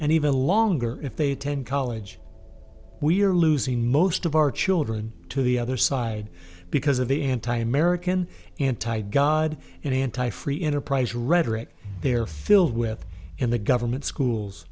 and even longer if they attend college we are losing most of our children to the other side because of the anti american anti god and anti free enterprise rhetoric they're filled with in the government schools